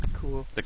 Cool